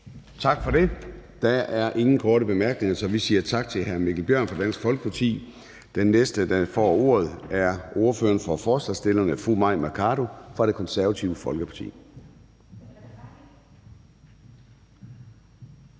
Tak for det. Der er ingen korte bemærkninger, så vi siger tak til hr. Mikkel Bjørn fra Dansk Folkeparti. Den næste, der får ordet, er ordføreren for forslagsstillerne, fru Mai Mercado fra Det Konservative Folkeparti.